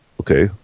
okay